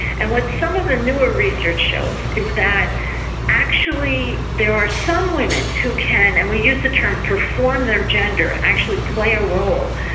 and what some of the newer research shows is that actually there are some women who can, and we use the term perform their gender, actually play a role,